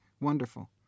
wonderful